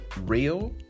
real